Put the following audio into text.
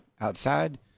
outside